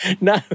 No